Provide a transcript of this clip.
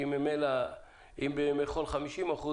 כי ממילא אם בימי חול התפוסה היא 50%,